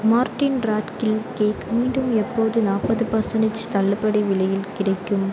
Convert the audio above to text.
Mortein rat kill cake மீண்டும் எப்போது நாற்பது பெர்சன்டேஜ் தள்ளுபடி விலையில் கிடைக்கும்